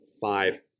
five